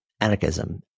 anarchism